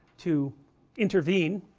to intervene